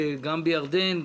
גם בירדן,